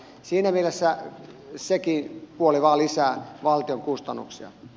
siinä mielessä sekin puoli vain lisää valtion kustannuksia